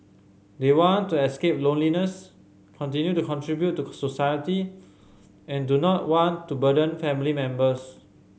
they want to escape loneliness continue to contribute to society and do not want to burden family members